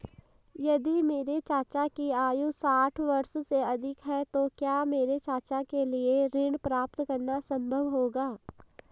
यदि मेरे चाचा की आयु साठ वर्ष से अधिक है तो क्या मेरे चाचा के लिए ऋण प्राप्त करना संभव होगा?